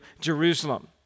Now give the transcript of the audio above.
Jerusalem